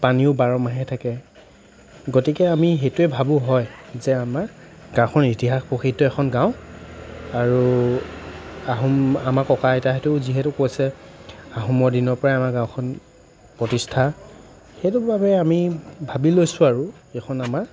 পানীও বাৰমাহে থাকে গতিকে আমি সেইটোৱেই ভাবোঁ হয় যে আমাৰ গাঁওখন ইতিহাস প্ৰসিদ্ধ এখন গাঁও আৰু আহোম আমাৰ ককা আইতাহঁতেও যিহেতু কৈছে আহোমৰ দিনৰপৰাই আমাৰ গাঁওখন প্ৰতিষ্ঠা সেইটো বাবে আমি ভাবি লৈছোঁ আৰু এইখন আমাৰ